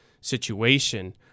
situation